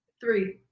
three